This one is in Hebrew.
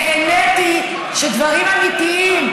נהניתי שדברים אמיתיים,